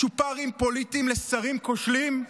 צ'ופרים פוליטיים לשרים כושלים?